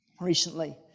recently